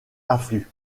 affluent